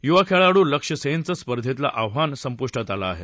युवा खेळाडू लक्ष्य सेनचं स्पर्धेतलं आव्हान संपुष्टात आलं आहे